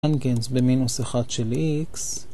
טנגנס במינוס 1 של x.